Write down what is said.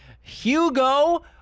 Hugo